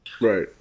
Right